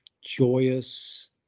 joyous